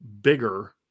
bigger